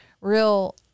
real